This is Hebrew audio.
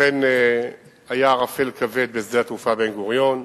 אכן היה ערפל כבד בשדה התעופה בן-גוריון.